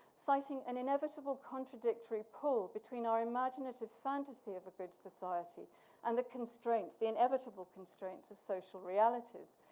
citing an inevitable contradictory pool between our imaginative fantasy of a good society and the constraints, the inevitable constraints of social realities.